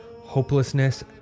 hopelessness